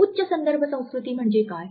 उच्च संदर्भ संस्कृती म्हणजे काय